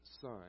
son